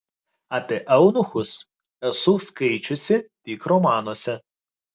apie eunuchus esu skaičiusi tik romanuose